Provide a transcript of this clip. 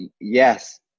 yes